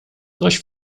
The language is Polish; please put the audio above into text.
coś